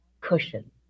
cushion